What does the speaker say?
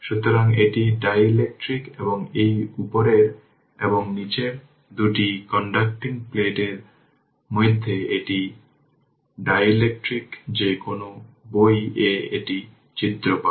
সুতরাং এটি ডাইইলেকট্রিক এবং এই উপরের এবং নীচের দুটি কন্ডাকটিং প্লেট এবং এর মধ্যে এটি এর মধ্যে এটি ডাইইলেকট্রিক যে কোনও বই এ এই চিত্রটি পাবে